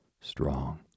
strong